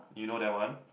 you know that one